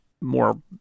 more